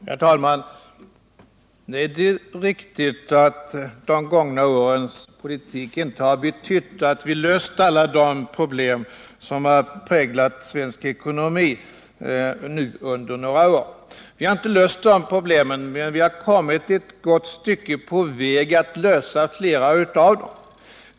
Herr talman! Det är riktigt att de gångna årens politik inte har löst alla de problem som har präglat svensk ekonomi under några år, men vi har kommit ett gott stycke på väg mot att lösa flera av dem.